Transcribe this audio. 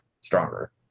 stronger